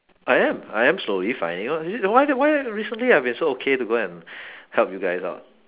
I am I am slowly finding out you see why why recently I've been so okay to go and help you guys out